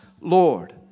Lord